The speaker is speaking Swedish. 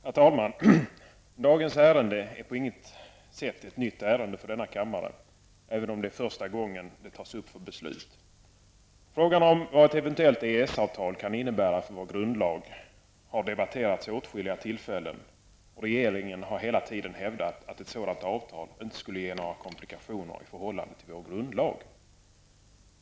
Herr talman! Dagens ärende är på intet sätt något nytt ärende i kammaren, även om detta är första gången som det tas upp till beslut. Frågan om vad ett eventuellt EES-avtal kan innebära för vår grundlag har debatterats vid åtskilliga tillfällen. Regeringen har hela tiden hävdat att ett sådant avtal inte skulle ge några komplikationer i förhållande till vår grundlag.